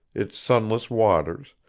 its sunless waters,